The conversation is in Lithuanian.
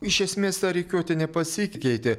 iš esmės ta rikiuotė nepasikeitė